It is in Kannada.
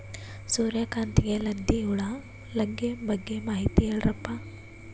ಸೂರ್ಯಕಾಂತಿಗೆ ಲದ್ದಿ ಹುಳ ಲಗ್ಗೆ ಬಗ್ಗೆ ಮಾಹಿತಿ ಹೇಳರಪ್ಪ?